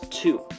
two